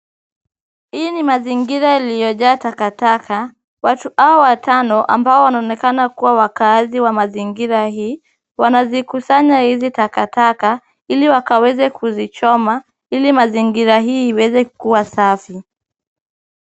Hii ni mazingira iliyojaa takataka. Watu hawa watano ambao wanaonekana kuwa wakaazi wa mazingira hii, wanazikusanya hizi takataka ili wakaweze kuzichoma, ili mazingira hii iweze kuwa safi.